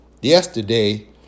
yesterday